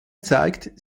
zeigt